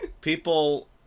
people